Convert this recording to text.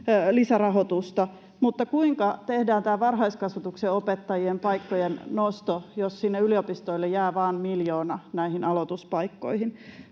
lisärahoitusta. Mutta kuinka tehdään tämä varhaiskasvatuksen opettajien paikkojen nosto, jos sinne yliopistoille jää vain miljoona näihin aloituspaikkoihin?